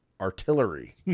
artillery